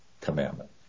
commandment